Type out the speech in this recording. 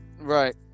Right